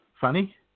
funny